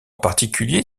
particulier